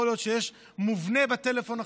יכול להיות חסימה מובנית בטלפון,